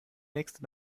nächste